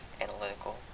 analytical